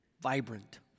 vibrant